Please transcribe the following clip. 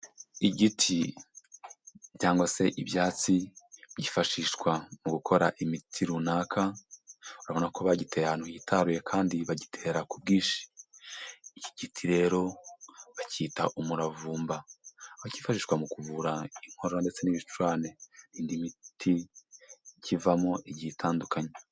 Igiti cyangwa se ibyatsi byifashishwa mu gukora imiti runaka, urabona ko bagiteye ahantu hitaruye kandi bagitera ku bwinshi, iki giti rero bacyita umuravumba, aho kifashishwa mu kuvura Inkorora ndetse n'Ibicurane n'indi miti ikivamo igiye itandukanye.